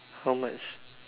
how much